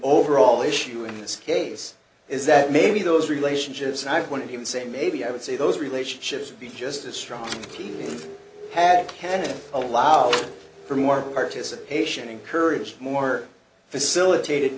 overall issue in this case is that maybe those relationships and i can't even say maybe i would say those relationships would be just as strong had canada allows for more participation encourage more facilitated